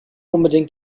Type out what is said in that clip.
unbedingt